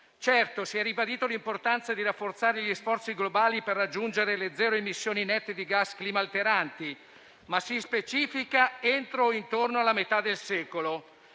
Certo, si è ribadita l'importanza di rafforzare gli sforzi globali per raggiungere le zero emissioni nette di gas climalteranti, ma si specifica che ciò debba avvenire entro o intorno alla metà del secolo,